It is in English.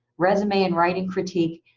resume and writing critique,